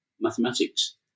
mathematics